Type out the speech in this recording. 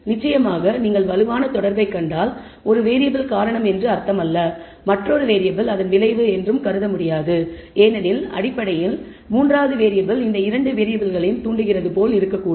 நிச்சயமாக நீங்கள் வலுவான தொடர்பைக் கண்டால் ஒரு வேறியபிள் காரணம் என்று அர்த்தமல்ல மற்றொன்று வேறியபிள் அதன் விளைவு என்றும் கருத முடியாது ஏனெனில் அடிப்படையில் மூன்றாவது வேறியபிள் இந்த 2 வேறியபிளையும் தூண்டுகிறது போல் இருக்கக்கூடும்